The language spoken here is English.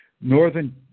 Northern